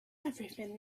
everything